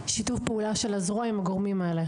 שיתוף פעולה של הזרוע עם הגורמים האלה.